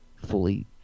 fully